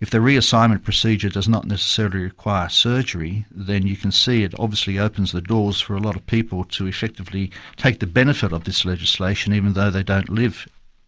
if the reassignment procedure does not necessarily require surgery, then you can see it obviously opens the doors for a lot of people to effectively take the benefit of this legislation even though they don't live